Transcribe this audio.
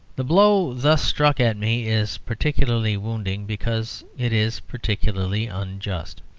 the blow thus struck at me is particularly wounding because it is particularly unjust.